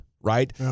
right